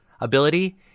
ability